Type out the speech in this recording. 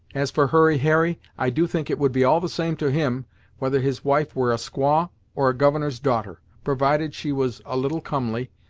as for hurry harry, i do think it would be all the same to him whether his wife were a squaw or a governor's daughter, provided she was a little comely,